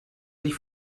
sich